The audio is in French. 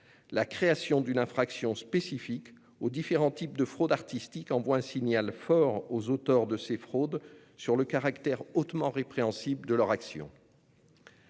La création d'une infraction spécifique aux différents types de fraudes artistiques envoie un signal fort aux auteurs de ces fraudes sur le caractère hautement répréhensible de leurs actions.